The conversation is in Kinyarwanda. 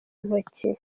ntoki